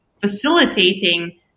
facilitating